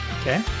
Okay